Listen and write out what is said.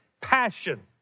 passion